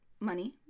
money